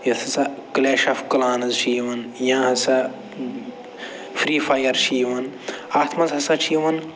یۄس ہَسا Clash of Clans چھِ یِوان یا ہَسا فِرٛی فایَر چھِ یِوان اَتھ منٛز ہَسا چھِ یِوان